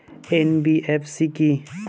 NBFC কী?